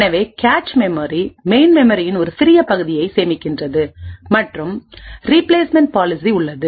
எனவே cache memory main மெமரியின் ஒரு சிறிய பகுதியை சேமிக்கிறது மற்றும் ரீப்ளேஸ்மெண்ட் பாலிசி உள்ளது